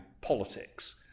politics